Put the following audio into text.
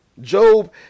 Job